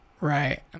Right